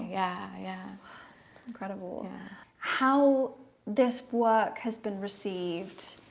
yeah, yeah kind of how this work has been received